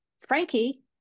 Frankie